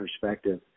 perspective